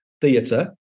theatre